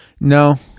no